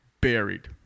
buried